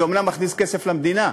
זה אומנם מכניס כסף למדינה,